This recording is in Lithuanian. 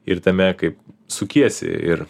ir tame kaip sukiesi ir